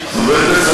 לך, אני אשיב לך.